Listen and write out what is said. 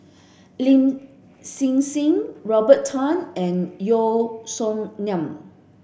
Lin Hsin Hsin Robert Tan and Yeo Song Nian